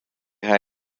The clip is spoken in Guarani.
ha